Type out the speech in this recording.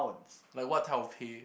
like what type of pay